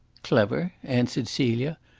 clever? answered celia,